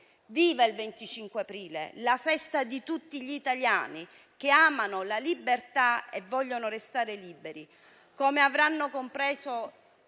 Viva il 25 aprile, la festa di tutti gli italiani che amano la libertà e vogliono restare liberi! Come avranno compreso